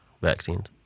vaccines